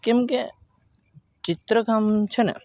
કેમ કે ચિત્રકામ છે ને